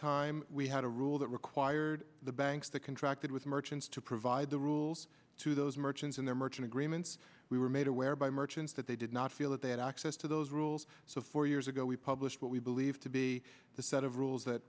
time we had a rule that required the banks to contract with merchants to provide the rules to those merchants in their merchant agreements we were made aware by merchants that they did not feel that they had access to those rules so four years ago we published what we believed to be the set of rules that